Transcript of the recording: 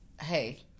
Hey